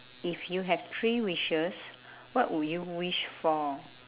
if you have three wishes what would you wish for